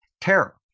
terror